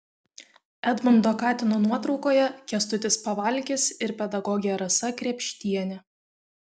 edmundo katino nuotraukoje kęstutis pavalkis ir pedagogė rasa krėpštienė